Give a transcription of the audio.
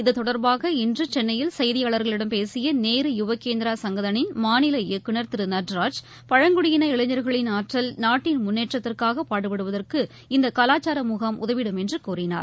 இத்தொடர்பாக இன்று சென்னையில் செய்தியாளர்களிடம் பேசிய நேரு யுவகேந்திரா சங்கதனின் மாநில இயக்குனர் திரு நடராஜ் பழங்குடியின இளைஞர்களின் ஆற்றல் நாட்டின் முள்னேற்றத்திற்காக பாடுபடுவதற்கு இந்த கலாச்சார முகாம் உதவிடும் என்று கூறினார்